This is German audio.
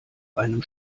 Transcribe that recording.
einem